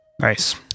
Nice